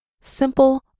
Simple